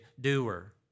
doer